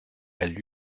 elle